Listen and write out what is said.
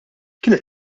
kienet